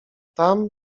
tam